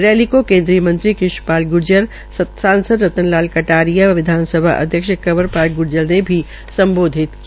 rally का केन्द्रीय मंत्री कृष्ण पाल ग्र्जर सांसद रतन लाल कटारिया वे विधानसभा अध्यक्ष कंवर पाल अध्यक्ष पाल ग्र्जर ने भी सम्बोधित किया